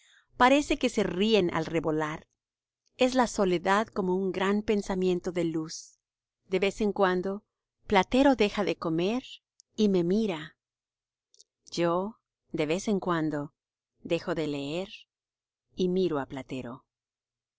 parece que se ríen al revolar es la soledad como un gran pensamiento de luz de vez en cuando platero deja de comer y me mira yo de vez en cuando dejo de leer y miro á platero